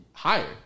Higher